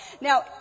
Now